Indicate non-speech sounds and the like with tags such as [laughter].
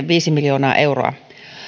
[unintelligible] viisi miljoonaa euroa